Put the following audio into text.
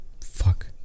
fuck